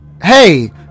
Hey